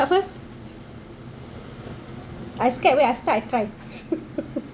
start first I scared wait I start I cry